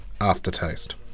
aftertaste